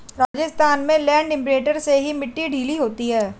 राजस्थान में land imprinter से ही मिट्टी ढीली होती है